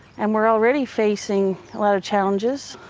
and we're already facing a lot of challenges.